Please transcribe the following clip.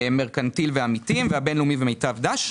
מרכנתיל ועמיתים, הבינלאומי ומיטב דש.